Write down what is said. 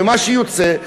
ומה שיוצא,